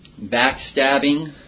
backstabbing